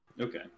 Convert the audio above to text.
Okay